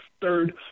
Third